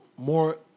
More